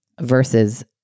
versus